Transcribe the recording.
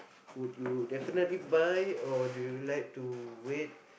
would you definitely buy or do you like to wait